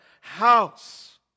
house